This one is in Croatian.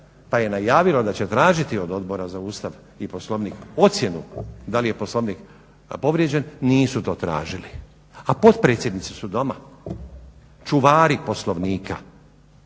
pa je najavilo da će tražiti od Odbora za Ustav i Poslovnik ocjenu da li je Poslovnik povrijeđen. da li je Poslovnik povrijeđen, nisu to tražili, a potpredsjednici su doma, čuvari Poslovnika